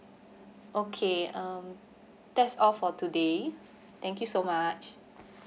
okay um that's all for today thank you so much